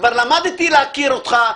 כבר למדתי להכיר אותך,